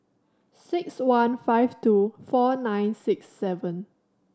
six one five two four nine six seven